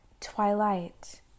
twilight